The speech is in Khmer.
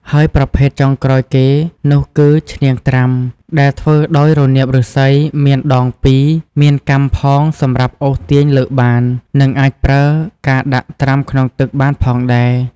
ហើយប្រភេទចុងក្រោយគេនោះគឹ ឈ្នាងត្រាំ ដែលធ្វើដោយរនាបឫស្សី មានដង២ មានកាំផងសម្រាប់អូសទាញលើកបាន និងអាចប្រើការដាក់ត្រាំក្នុងទឹកបានផងដែរ។